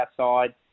outside